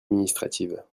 administratives